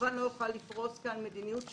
כמובן שאני לא אוכל לפרוס כאן מדיניות שלמה,